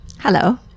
Hello